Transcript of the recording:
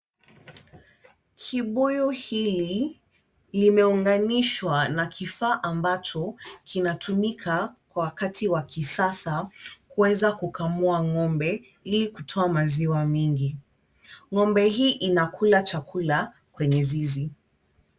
Kibuyu hili limeunganisha na kifaa ambacho kinatumika wakati wa kisasa kuweza kukamua ng'ombe hili kutoa maziwa mingi ng'ombe hii inakula chakula kwenye zizi.